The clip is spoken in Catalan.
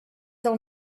del